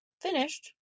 finished